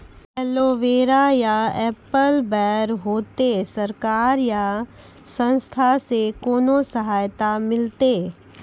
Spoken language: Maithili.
एलोवेरा या एप्पल बैर होते? सरकार या संस्था से कोनो सहायता मिलते?